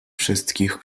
wszystkich